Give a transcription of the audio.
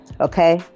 Okay